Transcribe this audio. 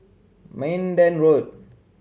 Minden Road